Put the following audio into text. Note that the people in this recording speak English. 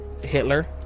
Hitler